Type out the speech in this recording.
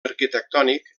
arquitectònic